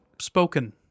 spoken